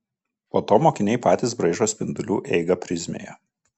po to mokiniai patys braižo spindulių eigą prizmėje